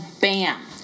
bam